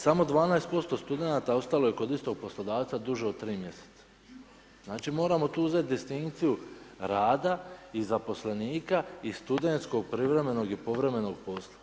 Samo 12% studenata ostalo je kod istog poslodavca duže od 3 mj., znači moramo tu uzeti distinkciju rada i zaposlenika i studentskog privremenog i povremenog posla.